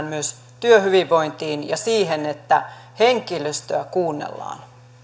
myös työhyvinvointiin ja siihen että henkilöstöä kuunnellaan